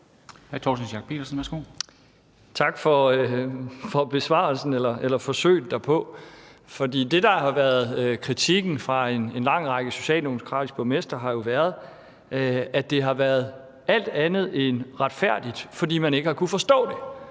Tak for besvarelsen eller forsøget derpå. Det, der har været kritikken fra en lang række socialdemokratiske borgmestre, har jo været, at det har været alt andet end retfærdigt, fordi man ikke har kunnet forstå det